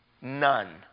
None